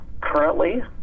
Currently